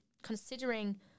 considering